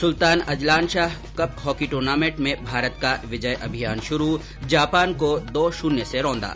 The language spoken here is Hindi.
सुल्तान अजलानशाह कप हॉकी टूर्नामेन्ट में भारत का विजय अभियान शुरू जापान को दो शून्य से रौंदा